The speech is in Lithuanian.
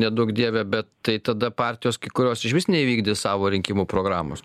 neduok dieve bet tai tada partijos kurios išvis neįvykdys savo rinkimų programos